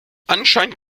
anscheinend